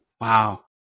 Wow